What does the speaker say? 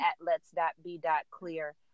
lets.be.clear